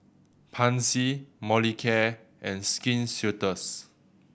Pansy Molicare and Skin Ceuticals